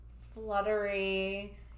fluttery